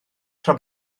tra